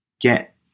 get